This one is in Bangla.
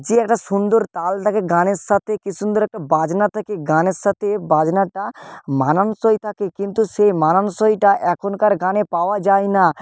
যে একটা সুন্দর তাল থাকে গানের সাথে কী সুন্দর একটা বাজনা থাকে গানের সাথে বাজনাটা মানানসই থাকে কিন্তু সেই মানানসইটা এখনকার গানে পাওয়া যায় না